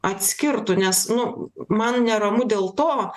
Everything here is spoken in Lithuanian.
atskirtų nes nu man neramu dėl to